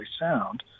sound